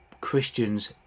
Christians